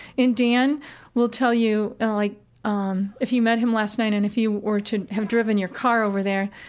and dan will tell you like um if you met him last night and if you were to have driven your car over there,